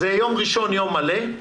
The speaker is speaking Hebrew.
יום ראשון יום מלא,